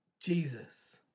Jesus